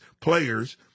players